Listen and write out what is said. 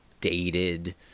dated